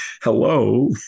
hello